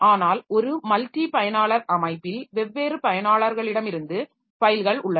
ஆனால் ஒரு மல்டி பயனாளர் அமைப்பில் வெவ்வேறு பயனாளர்களிடமிருந்து ஃபைல்கள் உள்ளன